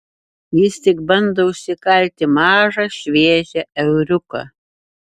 jis tik bando užsikalti mažą šviežią euriuką